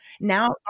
Now